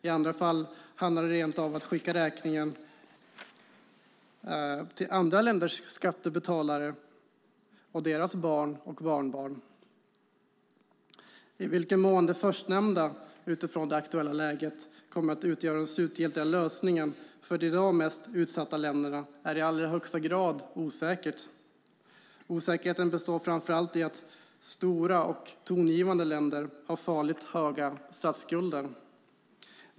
I andra fall handlar det rent av om att skicka räkningen till andra länders skattebetalare och deras barn och barnbarn. I vilken mån det förstnämnda utifrån det aktuella läget kommer att utgöra den slutgiltiga lösningen för de i dag mest utsatta länderna är i allra högsta grad osäkert. Osäkerheten består framför allt i att stora och tongivande länder har farligt stora statsskulder.